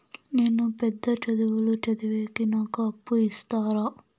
నేను పెద్ద చదువులు చదివేకి నాకు అప్పు ఇస్తారా